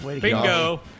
Bingo